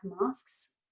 masks